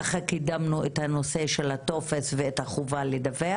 ככה קידמנו את הנושא של הטופס ואת החובה לדווח,